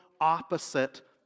opposite